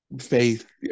faith